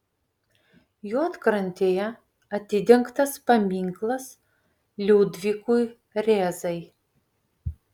juodkrantėje atidengtas paminklas liudvikui rėzai